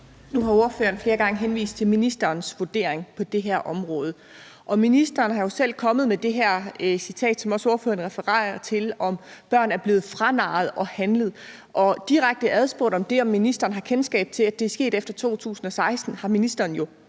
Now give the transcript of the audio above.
Nu har ordføreren flere gange henvist til ministerens vurdering på det her område, og ministeren er jo selv kommet med det citat, som ordføreren refererer til, om, at børnene er blevet franarret fra deres forældre og er blevet handlet. Direkte adspurgt, om ministeren har kendskab til, om det er sket efter 2016, har ministeren jo